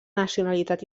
nacionalitat